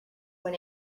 when